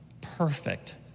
perfect